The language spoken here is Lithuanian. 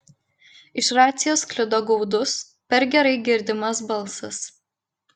iš racijos sklido gaudus per gerai girdimas balsas